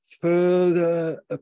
further